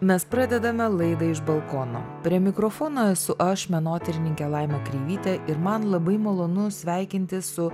mes pradedame laidą iš balkono prie mikrofono esu aš menotyrininkė laima kreivytė ir man labai malonu sveikintis su